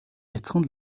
бяцхан